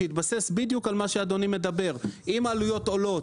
שיתבסס בדיוק על מה שאדוני מדבר עליו: אם העלויות עולות,